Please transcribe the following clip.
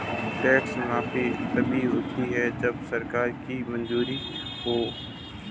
tax माफी तभी होती है जब सरकार की मंजूरी हो